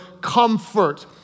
comfort